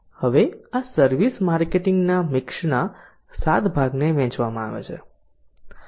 હવે આ service marketing મિક્સના 7 ભાગને વેચવામાં આવે છે